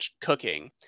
cooking